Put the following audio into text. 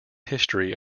history